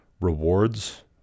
rewards